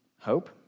hope